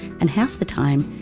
and half the time,